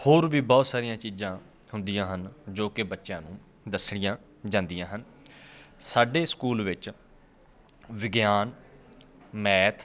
ਹੋਰ ਵੀ ਬਹੁਤ ਸਾਰੀਆਂ ਚੀਜ਼ਾਂ ਹੁੰਦੀਆਂ ਹਨ ਜੋ ਕਿ ਬੱਚਿਆਂ ਨੂੰ ਦੱਸੀਆਂ ਜਾਂਦੀਆਂ ਹਨ ਸਾਡੇ ਸਕੂਲ ਵਿੱਚ ਵਿਗਿਆਨ ਮੈਥ